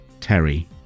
Terry